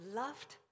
loved